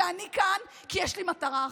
ואני כאן כי יש לי מטרה אחת,